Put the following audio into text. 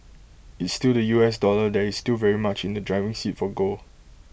it's still the U S dollar that is still very much in the driving seat for gold